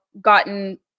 gotten